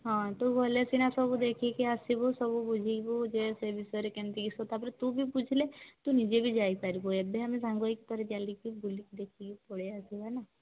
ହଁ ତୁ ଗଲେ ସିନା ସବୁ ଦେଖିକି ଆସିବୁ ସବୁ ବୁଝିବୁ ଯେ ସେ ବିଷୟରେ କେମତି କିସ ତା' ପରେ ତୁ ବି ବୁଝିଲେ ତୁ ନିଜେ ବି ଯାଇପାରିବୁ ଏବେ ଆମେ ସାଙ୍ଗ ହେଇକି ଥରେ ଚାଲିକି ବୁଲିକି ଦେଖିକି ପଳେଇ ଆସିବା ନା